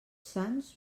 sants